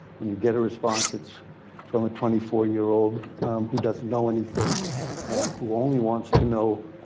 when you get a response, it's from a twenty four year old who doesn't know anything and who only wants to know